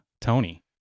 Tony